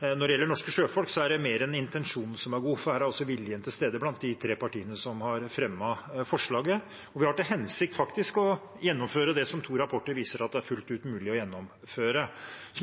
når det gjelder norske sjøfolk, er det mer enn intensjonen som er god, for her er også viljen til stede blant de tre partiene som har fremmet forslaget. Vi har til hensikt faktisk å gjennomføre det som to rapporter viser at det er fullt mulig å gjennomføre.